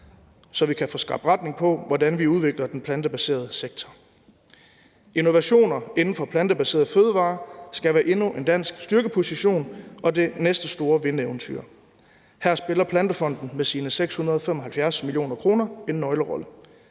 så vi kan få skabt en retning for, hvordan vi udvikler den plantebaserede sektor. Innovation inden for plantebaserede fødevarer skal være endnu en dansk styrkeposition og det næste store vindeventyr. Her spiller Plantefonden med sine 675 mio. kr. en nøglerolle.